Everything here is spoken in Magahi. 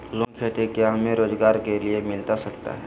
लोन खेती क्या हमें रोजगार के लिए मिलता सकता है?